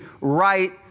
right